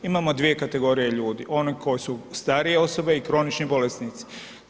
Imamo dvije kategorije ljudi, one koji su starije osobe i kronični bolesnici.